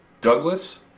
Douglas